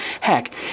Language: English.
heck